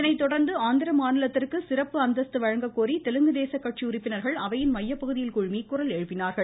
இதனை தொடர்ந்து ஆந்திர மாநிலத்திற்கு சிறப்பு அந்தஸ்து வழங்கக்கோரி தெலுங்கு தேச கட்சி உறுப்பினர்கள் அவையின் மையப்பகுதியில் குழுமி குரல் எழுப்பினார்கள்